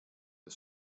des